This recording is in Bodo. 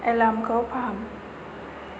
एलार्मखौ फाहाम